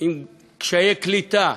עם קשיי קליטה,